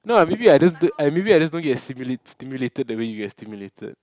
no ah maybe I maybe I just don't get simu~ stimulated that way you get stimulated